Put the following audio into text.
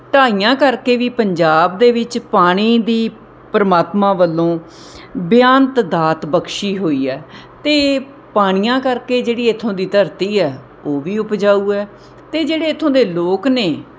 ਢਾਈਆਂ ਕਰਕੇ ਵੀ ਪੰਜਾਬ ਦੇ ਵਿੱਚ ਪਾਣੀ ਦੀ ਪਰਮਾਤਮਾ ਵੱਲੋਂ ਬੇਅੰਤ ਦਾਤ ਬਖਸ਼ੀ ਹੋਈ ਹੈ ਅਤੇ ਪਾਣੀਆਂ ਕਰਕੇ ਜਿਹੜੀ ਇੱਥੋਂ ਦੀ ਧਰਤੀ ਹੈ ਉਹ ਵੀ ਉਪਜਾਊ ਹੈ ਅਤੇ ਜਿਹੜੇ ਇੱਥੋਂ ਦੇ ਲੋਕ ਨੇ